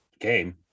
game